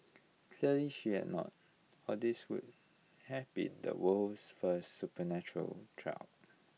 clearly she had not or this would have been the world's first supernatural trial